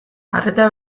arreta